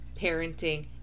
parenting